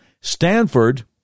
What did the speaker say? Stanford